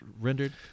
rendered